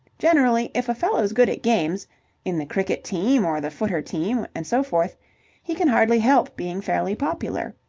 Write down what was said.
generally, if a fellow's good at games in the cricket team or the footer team and so forth he can hardly help being fairly popular.